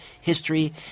history